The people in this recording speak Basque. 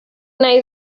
nahi